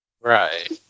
right